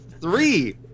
three